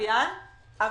בלוויין,